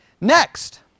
Next